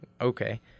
okay